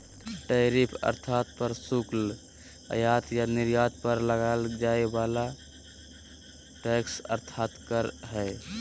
tariff अर्थात् प्रशुल्क आयात या निर्यात पर लगाल जाय वला टैक्स अर्थात् कर हइ